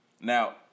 Now